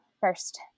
first